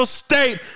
state